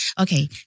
Okay